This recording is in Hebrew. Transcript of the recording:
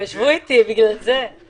הכנסת שטרית, זה עלה גם מוועדי הורים בבתי הספר